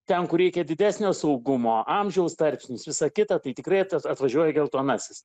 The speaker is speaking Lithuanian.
ten kur reikia didesnio saugumo amžiaus tarpsnis visa kita tai tikrai atvažiuoja geltonasis